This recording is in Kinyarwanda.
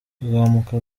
tuzamuka